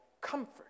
comfort